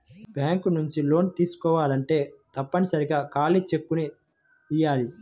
bank నుంచి లోన్లు తీసుకోవాలంటే తప్పనిసరిగా ఖాళీ చెక్కుని ఇయ్యాలి